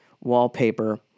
wallpaper